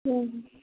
ହୁଁ ହୁଁ